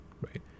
right